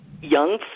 young